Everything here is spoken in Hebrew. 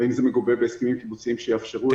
והאם זה מגובה בהסכמים קיבוציים שיאפשרו את זה.